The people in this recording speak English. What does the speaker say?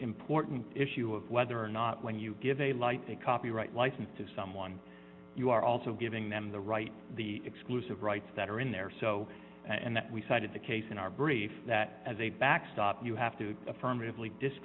important issue of whether or not when you give a light a copyright license to someone you are also giving them the right the exclusive rights that are in there so and that we cited the case in our brief that as a backstop you have to affirmative